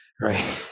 Right